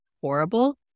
Horrible